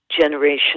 generation